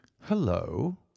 hello